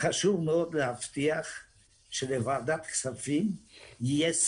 חשוב מאוד להבטיח שלוועדת הכספים יהיה